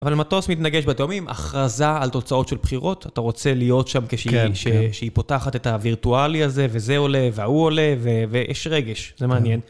אבל מטוס מתנגש בתאומים, הכרזה על תוצאות של בחירות, אתה רוצה להיות שם כשהיא פותחת את הווירטואלי הזה, וזה עולה, והוא עולה, ויש רגש, זה מעניין.